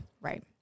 Right